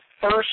first